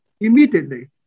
immediately